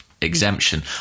exemption